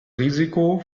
risiko